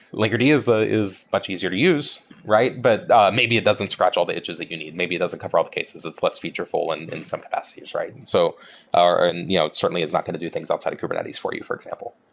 linkerd is ah is much easier to use, right? but maybe it doesn't scratch all the itches that you need. maybe it doesn't cover all the cases. it's less feature full and in some capacities, right? and so and you know it certainly is not going to do things outside of kubernetes for you, for example,